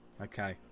Okay